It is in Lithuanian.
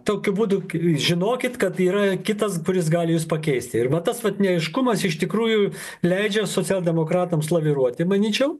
tokiu būdu žinokit kad yra kitas kuris gali jus pakeistiir va tas vat neaiškumas iš tikrųjų leidžia socialdemokratams laviruoti manyčiau